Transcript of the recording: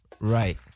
Right